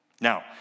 Now